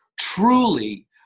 truly